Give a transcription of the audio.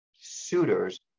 suitors